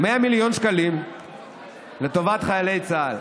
100 מיליון שקלים לטובת חיילי צה"ל.